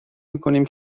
میکنیم